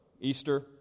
Easter